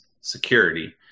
security